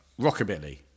Rockabilly